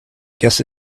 guess